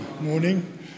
Morning